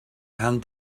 and